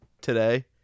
today